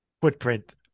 footprint